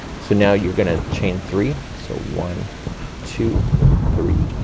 so now you're gonna chain three. so one two three.